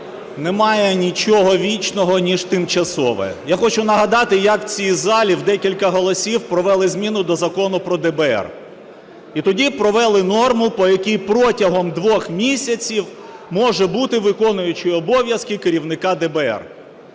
немає нічого вічного, ніж тимчасове. Я хочу нагадати, як в цій залі в декілька голосів провели зміну до Закону про ДБР. І тоді провели норму, по якій протягом двох місяців може бути виконуючий обов'язки керівника ДБР.